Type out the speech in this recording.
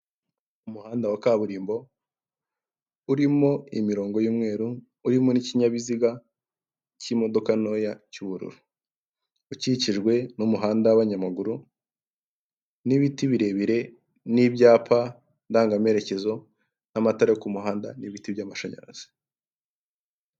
Umuhanda wa kaburimbo urimo imirongo y'umweru, uririmo n'ikinyabiziga cy'imodoka ntoya cy'ubururu, ukikijwe n'umuhanda w’abanyamaguru, n'ibiti birebire n'ibyapa ndangaperekezo, n'amatara yo kumuhanda n'ibiti by'amashanyarazi.